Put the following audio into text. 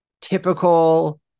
typical